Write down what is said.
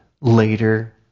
later